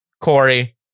Corey